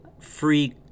free